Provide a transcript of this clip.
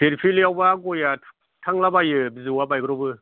फिलफिलियावबा गया थुख्थांला बायो बिजौवा बायब्र'बो